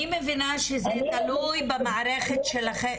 אני מבינה שזה תלוי במערכת שלכם..